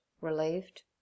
relieved